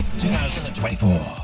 2024